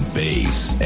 bass